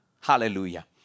Hallelujah